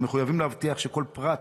אנחנו מחויבים להבטיח שכל פרט